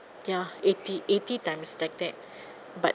ya eighty eighty times like that but